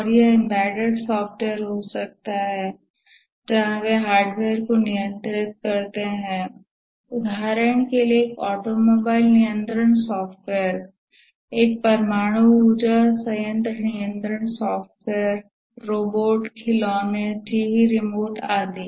और यह embedded software हो सकते हैं जहां वे हार्डवेयर को नियंत्रित करते हैं उदाहरण के लिए एक ऑटोमोबाइल नियंत्रण सॉफ्टवेयर एक परमाणु ऊर्जा संयंत्र नियंत्रण सॉफ्टवेयर रोबोट खिलौने टीवी रिमोट आदि